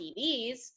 TVs